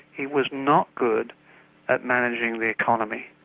he was not good at managing the economy.